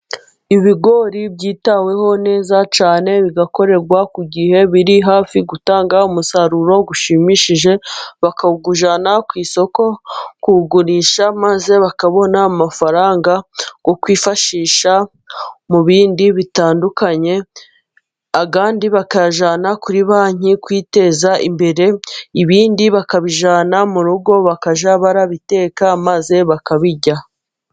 Ibigori byitaweho neza cyane, bigakorerwa ku gihe biri hafi gutanga umusaruro ushimishije, bakawugujyana ku isoko kuwu kugurisha, maze bakabona amafaranga yo kukwifashisha mu bindi bitandukanye, bakayajyana kuri banki, kwiteza imbere. Ibindi bakabijyana mu rugo bakajya babiteka maze bakabirya.